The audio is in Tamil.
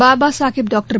பாபா சாஹேப் டாக்டர்